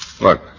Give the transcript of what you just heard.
Look